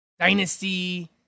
Dynasty